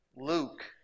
Luke